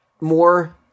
more –